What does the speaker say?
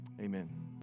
amen